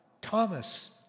Thomas